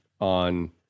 on